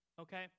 okay